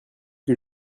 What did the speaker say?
que